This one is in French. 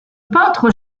peintre